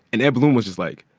and ed blum was just, like,